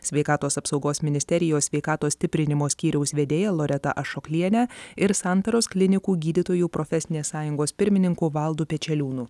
sveikatos apsaugos ministerijos sveikatos stiprinimo skyriaus vedėja loreta ašokliene ir santaros klinikų gydytojų profesinės sąjungos pirmininku valdu pečeliūnu